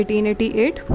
1888।